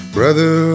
Brother